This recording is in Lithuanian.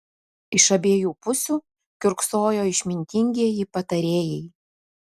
iš abiejų pusių kiurksojo išmintingieji patarėjai